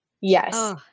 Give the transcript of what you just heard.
Yes